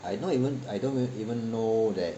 I don't even I don't even know that